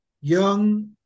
young